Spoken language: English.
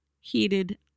Heated